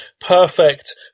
perfect